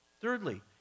Thirdly